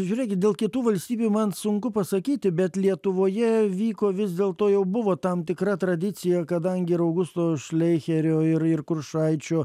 žiūrėkit dėl kitų valstybių man sunku pasakyti bet lietuvoje vyko vis dėlto jau buvo tam tikra tradicija kadangi ir augusto šleicherio ir ir kuršaičio